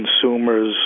consumers